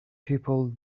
people